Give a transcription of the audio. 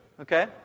Okay